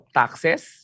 taxes